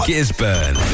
Gisburn